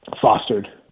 fostered